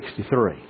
1963